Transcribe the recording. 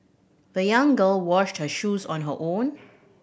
the young girl washed her shoes on her own